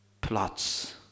plots